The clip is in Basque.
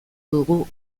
dugu